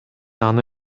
аны